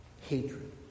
Hatred